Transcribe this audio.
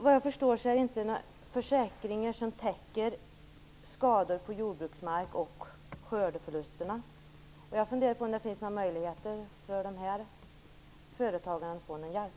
Vad jag förstår finns det inga försäkringar som täcker skadorna på jordbruksmarken och skördeförlusterna. Jag undrar om det finns några möjligheter för dessa företag att få någon hjälp.